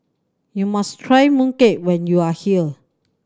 you must try mooncake when you are here